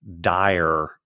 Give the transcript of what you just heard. dire